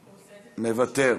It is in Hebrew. מוותר,